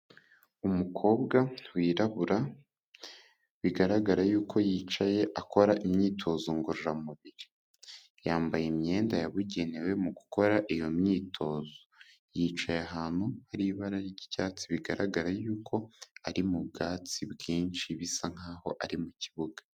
Umukobwa wirabura bigaragara yuko yicaye akora imyitozo ngororamubiri, yambaye imyenda yabugenewe mu gukora iyo myitozo, yicaye ahantu hari ibara ry'icyats,i bigaragara yuko ari mu bwatsi bwinshi bisa nkaho ari mu kibuga.